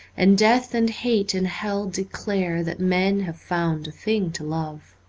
and death and hate and hell declare that men have found a thing to love.